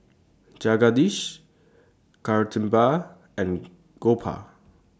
Jagadish Kasturba and Gopal